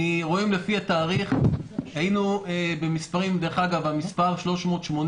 רואים לפי התאריך דרך אגב המספר 380